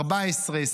ערוץ 14,